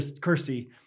Kirsty